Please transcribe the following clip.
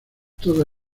todo